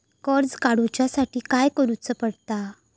कर्ज काडूच्या साठी काय करुचा पडता?